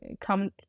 come